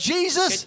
Jesus